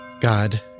God